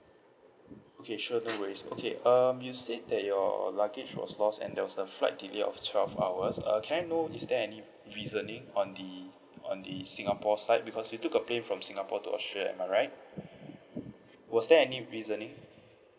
okay sure no worries okay um you said that your luggage was lost and there was a flight delay of twelve hours uh can I know is there any reasoning on the on the singapore side because you took a plane from singapore to australia am I right was there any reasoning